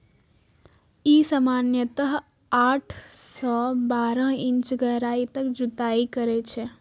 ई सामान्यतः आठ सं बारह इंच गहराइ तक जुताइ करै छै